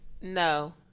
no